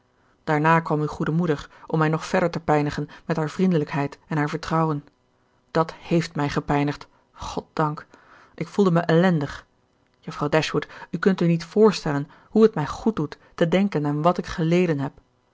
daarna kwam uwe goede moeder om mij nog verder te pijnigen met haar vriendelijkheid en haar vertrouwen dat hééft mij gepijnigd goddank ik voelde mij ellendig juffrouw dashwood u kunt u niet voorstellen hoe het mij goed doet te denken aan wat ik geleden heb